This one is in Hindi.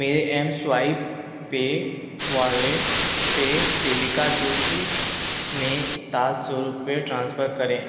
मेरे एमस्वाइप पे वालेन्ट से देविका जोशी में सात सौ रुपये ट्रांसफ़र करें